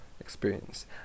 experience